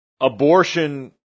abortion